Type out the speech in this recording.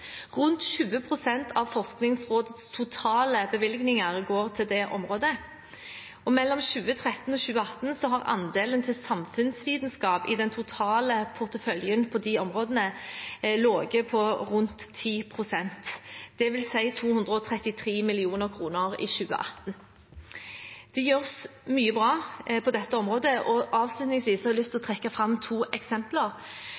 Rundt 20 pst. av Forskningsrådets totale bevilgninger går til dette området. Mellom 2013 og 2018 har andelen til samfunnsvitenskap i den totale porteføljen på de områdene ligget på rundt 10 pst., dvs. vil si 233 mill. kr i 2018. Det gjøres mye bra på dette området, og avslutningsvis har jeg lyst til